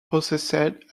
possessed